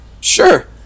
Sure